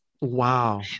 Wow